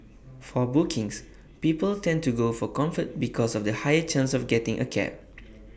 for bookings people tend to go for comfort because of the higher chance of getting A cab